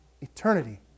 eternity